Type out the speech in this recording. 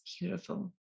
beautiful